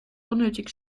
unnötig